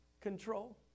control